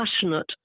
passionate